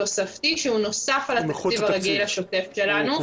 תוספתי שהוא נוסף על התקציב הרגיל השוטף שלנו.